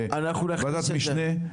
בוועדת משנה,